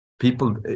people